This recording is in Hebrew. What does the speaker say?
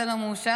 זה לא מאושר,